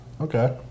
Okay